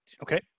Okay